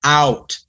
out